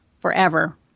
forever